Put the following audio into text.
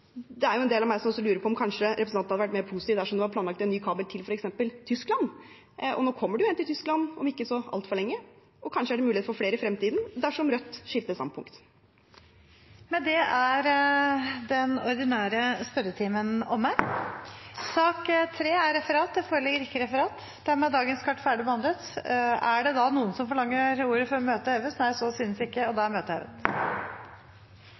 Det er en del av meg som lurer på om representanten kanskje hadde vært mer positiv dersom det var planlagt en ny kabel til f.eks. Tyskland. Nå kommer det jo en til Tyskland om ikke så altfor lenge, og kanskje er det mulighet for flere i fremtiden dersom Rødt skifter standpunkt. Dermed er sak nr. 2 ferdigbehandlet. Det foreligger ikke noe referat. Dermed er dagens kart ferdigbehandlet. Forlanger noen ordet før møtet heves? – Så synes ikke, og møtet er hevet.